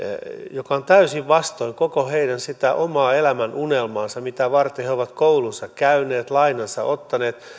joka on täysin vastoin koko heidän sitä omaa elämänunelmaansa mitä varten he ovat koulunsa käyneet lainansa ottaneet